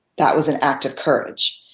that was an act of courage.